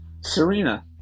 Serena